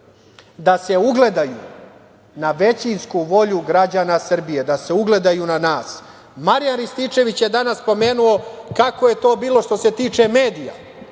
da se ugledaju na većinsku volju građana Srbije, da se ugledaju na nas. Marijan Rističević je danas spomenuo kako je to bilo što se tiče medija,